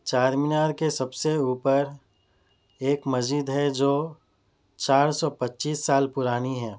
چار مینار کے سب سے اوپر ایک مسجد ہے جو چار سو پچیس سال پرانی ہے